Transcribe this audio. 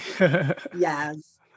Yes